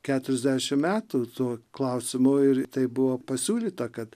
keturiasdešim metų tuo klausimu ir tai buvo pasiūlyta kad